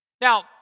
Now